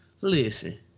listen